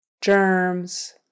Germs